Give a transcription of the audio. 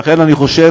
לכן אני חושב: